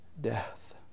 death